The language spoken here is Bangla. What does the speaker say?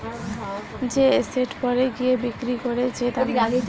যে এসেট পরে গিয়ে বিক্রি করে যে দামে